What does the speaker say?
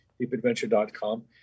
deepadventure.com